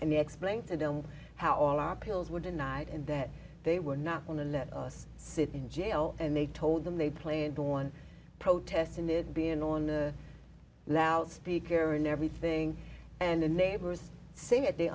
they explained to them how all our pills were denied and that they were not going to let us sit in jail and they told them they played one protest and it being on the loudspeaker and everything and the neighbors say th